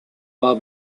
war